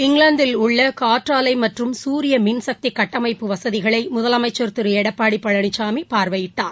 இங்கிலாந்தில் உள்ள காற்றாலை மற்றும் சூரிய மின் சக்தி கட்டமமப்பு வசதிகளை முதலமைச்சர் திரு எடப்பாடி பழனிசாமிபார்வையிட்டார்